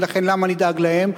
ולכן למה נדאג להם,